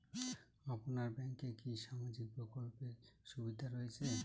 আপনার ব্যাংকে কি সামাজিক প্রকল্পের সুবিধা রয়েছে?